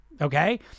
Okay